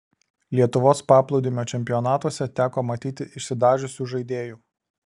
lietuvos paplūdimio čempionatuose teko matyti išsidažiusių žaidėjų